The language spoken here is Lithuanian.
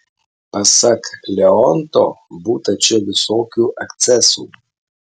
pasak leonto būta čia visokių akcesų